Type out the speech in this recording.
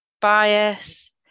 bias